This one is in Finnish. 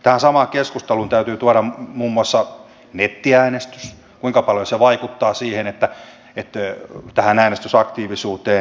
tähän samaan keskusteluun täytyy tuoda muun muassa nettiäänestys kuinka paljon se vaikuttaa äänestysaktiivisuuteen